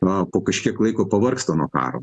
na po kažkiek laiko pavargsta nuo karo